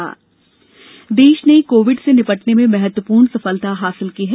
देश कोविड देश ने कोविड से निपटने में महत्वपूर्ण सफलता हासिल की है